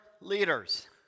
leaders